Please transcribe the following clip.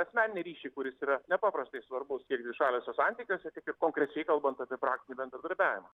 asmeninį ryšį kuris yra nepaprastai svarbus tiek dvišaliuose santykiuose tiek ir konkrečiai kalbant apie praktinį bendradarbiavimą